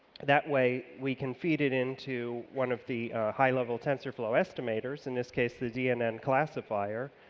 that way, we can feed it into one of the high level tensorflow estimators in this case the dnn classifier,